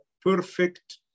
perfect